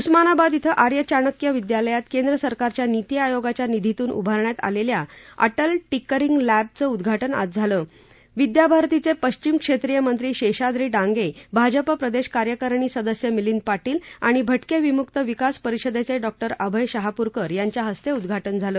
उस्मानाबाद इथ आर्य चाणक्य विद्यालयात केंद्र सरकारच्या निती आयोगाच्या निधीतून उभारण्यात आलच्खा या अटल टिंकरिंग लॅब चजिद्वाटन आज झालविद्याभारतीचविशिम क्षस्तीय मंत्री शक्तिही डांगच्रिजप प्रदक्षकार्यकारिणी सदस्य मिलिंद पाटील आणि भटक प्रिमुक्त विकास परिषदच्चित्रिं अभय शहापूरकर यांच्या हस्तस्टिद्वाटन झाल